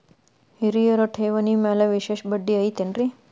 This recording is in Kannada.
ಹಿರಿಯರ ಠೇವಣಿ ಮ್ಯಾಲೆ ವಿಶೇಷ ಬಡ್ಡಿ ಐತೇನ್ರಿ?